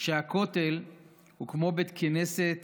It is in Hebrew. שהכותל הוא כמו בית כנסת